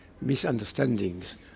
misunderstandings